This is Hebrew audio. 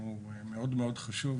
שהוא מאוד מאוד חשוב,